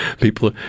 People